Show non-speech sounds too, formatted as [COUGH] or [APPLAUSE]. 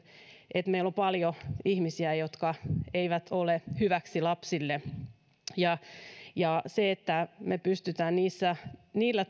että meillä on paljon ihmisiä jotka eivät ole hyväksi lapsille ja ja jos me pystymme niillä [UNINTELLIGIBLE]